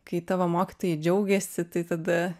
kai tavo mokytojai džiaugėsi tai tada